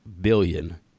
billion